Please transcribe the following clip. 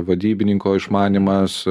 vadybininko išmanymas